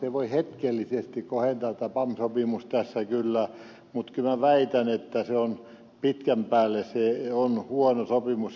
se voi hetkellisesti kohentaa tämä pam sopimus tässä kyllä mutta kyllä minä väitän että se on pitkän päälle huono sopimus